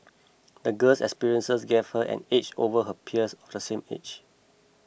the girl's experiences gave her an edge over her peers of the same age